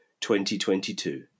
2022